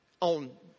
on